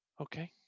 Okay